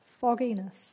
fogginess